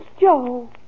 Joe